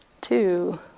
two